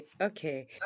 Okay